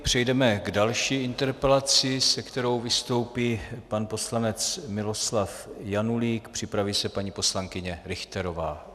Přejdeme k další interpelaci, se kterou vystoupí pan poslanec Miloslav Janulík, připraví se paní poslankyně Richterová.